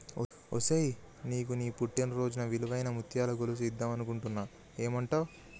ఒసేయ్ నీకు నీ పుట్టిన రోజున ఇలువైన ముత్యాల గొలుసు ఇద్దం అనుకుంటున్న ఏమంటావ్